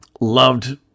loved